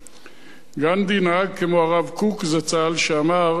גנדי נהג כמו הרב קוק זצ"ל שאמר שכששותלים